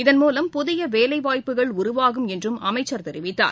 இதன்மூலம் புதியவேலைவாய்ப்புகள் உருவாகும் என்றும் அமைச்சர் தெரிவித்தார்